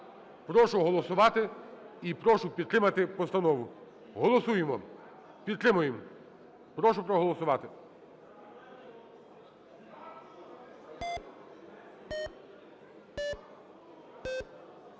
Прошу голосувати і прошу підтримати постанову. Голосуємо. Підтримуємо. Прошу проголосувати.